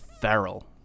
feral